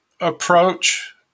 approach